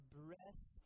breath